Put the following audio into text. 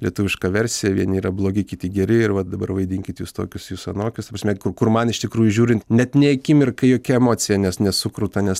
lietuviška versija vieni yra blogi kiti geri ir va dabar vaidinkit jūs tokius jūs anokius ta prasme kur kur man iš tikrųjų žiūrint net nė akimirkai jokia emocija nes nesukruta nes